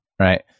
right